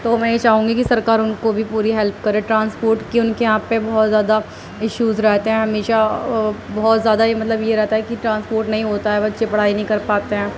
تو میں یہ چاہوں گی کہ سرکار ان کو بھی پوری ہیلپ کرے ٹرانسپورٹ کی ان کے یہاں پہ بہت زیادہ ایشوز رہتے ہیں ہمیشہ بہت زیادہ یہ مطلب یہ رہتا ہے کہ ٹرانسپورٹ نہیں ہوتا ہے بچے پڑھائی نہیں کر پاتے ہیں